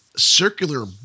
circular